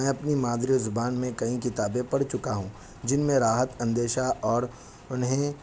میں اپنی مادری زبان میں کئی کتابیں پڑھ چکا ہوں جن میں راحت اندیشہ اور انہیں